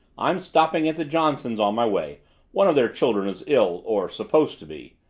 i'm stopping at the johnsons' on my way one of their children is ill or supposed to be.